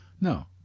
No